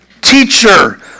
Teacher